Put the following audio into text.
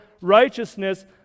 righteousness